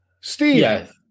Steve